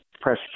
press